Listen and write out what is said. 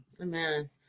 Amen